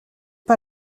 pas